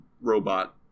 robot